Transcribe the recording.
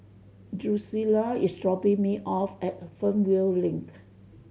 Drucilla is dropping me off at Fernvale Link